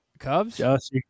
Cubs